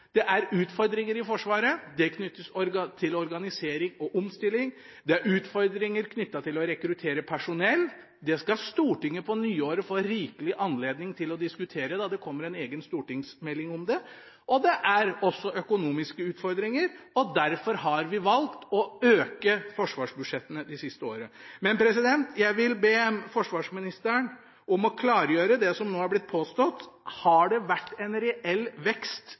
Det er utfordringer i Forsvaret. Det knyttes til organisering og omstilling. Det er utfordringer knyttet til å rekruttere personell. Det skal Stortinget på nyåret få rikelig anledning til å diskutere, da det kommer en egen stortingsmelding om det. Det er også økonomiske utfordringer. Derfor har vi valgt å øke forsvarsbudsjettene de siste åra. Jeg vil be forsvarsministeren om å klargjøre det som nå har blitt påstått. Har det vært en reell vekst